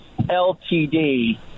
LTD